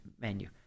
menu